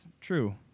true